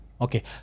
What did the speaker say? okay